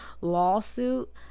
lawsuit